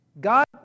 God